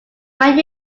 when